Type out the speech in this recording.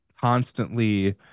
constantly